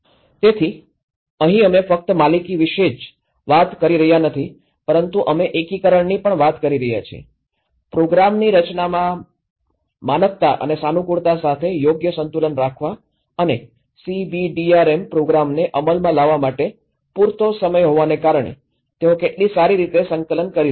તેથી અહીં અમે ફક્ત માલિકી વિશે જ વાત કરી રહ્યા નથી પરંતુ અમે એકીકરણની પણ વાત કરી રહ્યા છીએ પ્રોગ્રામની રચનામાં માનકતા અને સાનુકૂળતા સાથે યોગ્ય સંતુલન રાખવા અને સીબીડીઆરએમ પ્રોગ્રામને અમલમાં લાવવા માટે પૂરતો સમય હોવાને કારણે તેઓ કેટલી સારી રીતે સંકલન કરી રહ્યા છે